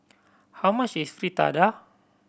how much is Fritada